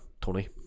tony